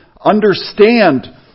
understand